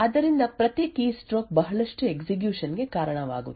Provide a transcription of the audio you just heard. ಆದ್ದರಿಂದ ಪ್ರತಿ ಕೀಸ್ಟ್ರೋಕ್ ಬಹಳಷ್ಟು ಎಕ್ಸಿಕ್ಯೂಶನ್ ಗೆ ಕಾರಣವಾಗುತ್ತದೆ